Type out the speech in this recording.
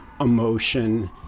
emotion